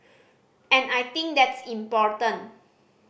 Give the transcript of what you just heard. and I think that's important